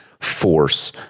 force